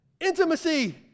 Intimacy